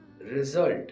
result